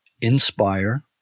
inspire